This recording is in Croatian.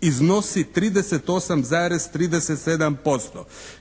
iznosi 38,37%,